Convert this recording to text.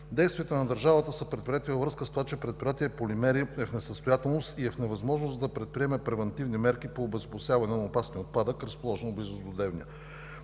Действията на държавата са предприети във връзка с това, че предприятие „Полимери“ е в несъстоятелност и е в невъзможност да предприеме превантивни мерки по обезопасяване на опасния отпадък, разположен близо до Девня.